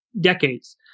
decades